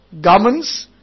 garments